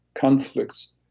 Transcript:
conflicts